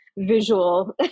visual